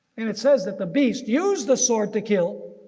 and it says that the beast used the sword to kill,